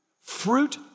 fruit